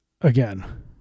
again